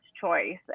choice